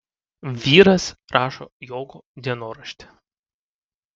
vyras rašo jogo dienoraštį